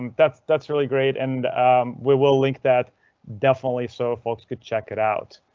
that's that's really great and we will link that definitely, so folks could check it out.